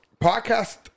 podcast